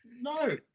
No